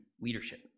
leadership